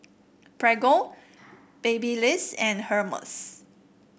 Prego Babyliss and Hermes